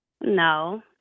No